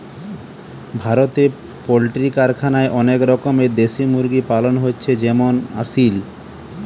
ভারতে পোল্ট্রি কারখানায় অনেক রকমের দেশি মুরগি পালন হচ্ছে যেমন আসিল